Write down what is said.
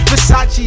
Versace